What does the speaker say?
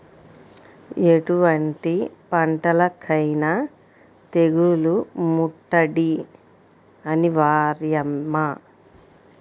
ఎటువంటి పంటలకైన తెగులు ముట్టడి అనివార్యమా?